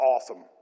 awesome